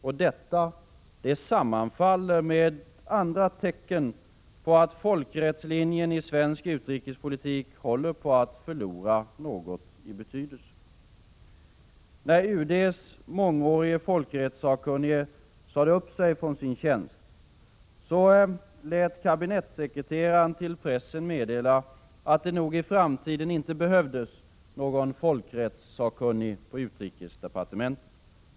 Och detta sammanfaller med andra tecken på att folkrättslinjen i svensk utrikespolitik håller på att förlora något i betydelse. När UD:s mångårige folkrättssakkunnige sade upp sig från sin tjänst, lät kabinettssekreteraren till pressen meddela att det nog i framtiden inte behövdes någon folkrättssakkunnig på utrikesdepartementet.